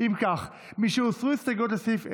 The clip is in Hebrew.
אם כך, משהוסרו ההסתייגויות לסעיף 1,